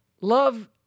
Love